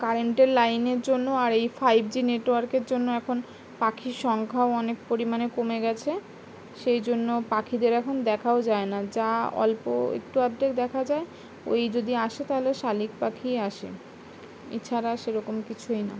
কারেন্টের লাইনের জন্য আর এই ফাইভ জি নেটওয়ার্কের জন্য এখন পাখির সংখ্যাও অনেক পরিমাণে কমে গেছে সেই জন্য পাখিদের এখন দেখাও যায় না যা অল্প একটু আধটু দেখা যায় ওই যদি আসে তাহলে শালিক পাখিই আসে এছাড়া সেরকম কিছুই না